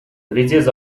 reaches